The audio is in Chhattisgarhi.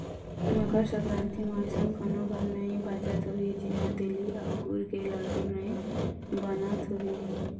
मकर संकरांति म अइसन कोनो घर नइ बाचत होही जिहां तिली अउ गुर के लाडू नइ बनत होही